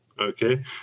Okay